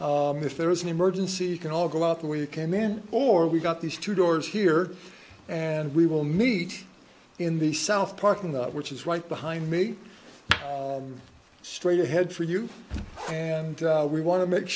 and if there is an emergency you can all go out the way you came in or we've got these two doors here and we will meet in the south parking lot which is right behind me straight ahead for you and we want to make